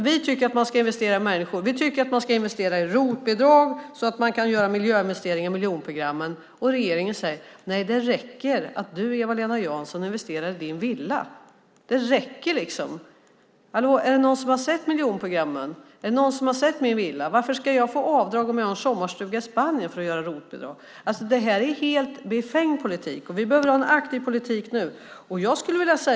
Vi tycker att man ska investera i människor. Vi tycker att man ska investera i ROT-bidrag, så att man kan göra miljöinvesteringar i miljonprogrammen. Och regeringen säger: Nej, det räcker att du, Eva-Lena Jansson, investerar i din villa. Det räcker liksom. Hallå! Är det någon som har sett miljonprogrammen? Är det någon som har sett min villa? Varför ska jag få göra ROT-avdrag om jag har en sommarstuga i Spanien? Det här är en helt befängd politik. Vi behöver ha en aktiv politik nu.